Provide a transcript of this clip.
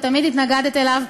תמיד התנגדת לו,